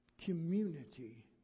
community